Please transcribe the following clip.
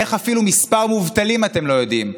איך אפילו את מספר המובטלים אתם לא יודעים?